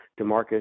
Demarcus